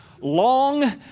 long